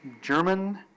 German